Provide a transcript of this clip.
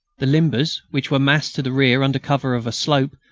the limbers, which were massed to the rear under cover of a slope,